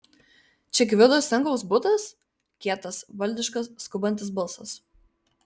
čia gvido senkaus butas kietas valdiškas skubantis balsas